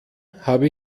habe